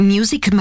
Music